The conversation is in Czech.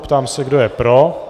Ptám se, kdo je pro.